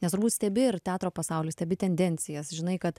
nes turbūt stebi ir teatro pasaulį stebi tendencijas žinai kad